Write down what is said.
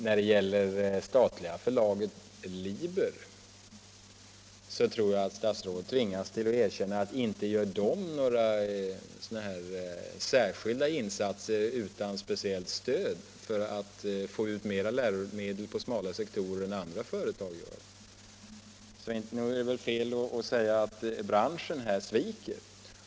När det gäller det statliga förlaget Liber tror jag att statsrådet tvingas erkänna att det förlaget inte utan speciellt stöd gör några särskilda insatser för att få ut mera läromedel på smala sektorer än vad andra företag gör, så nog är det väl fel att säga att branschen här sviker.